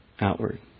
outward